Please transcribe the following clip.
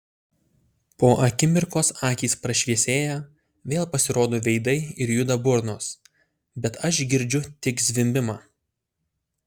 po akimirkos akys prašviesėja vėl pasirodo veidai ir juda burnos bet aš girdžiu tik zvimbimą